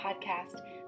Podcast